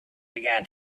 began